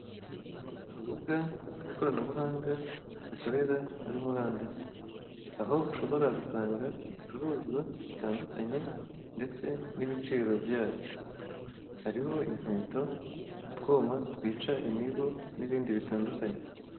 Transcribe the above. Urubuga rw'ikoranabuhanga rukorera kuri murandasi aho ushobora gusanga ibicuruzwa bitandukanye ndetse n'ibiciro byabyo hariho inkweto, utwuma twica imibu n'ibindi bitandukanye.